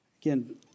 Again